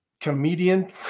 comedian